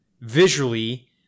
visually